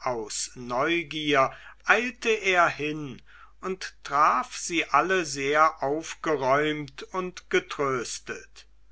aus neugier eilte er hin und traf sie alle sehr aufgeräumt und getröstet